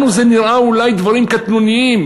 לנו זה נראה אולי דברים קטנוניים,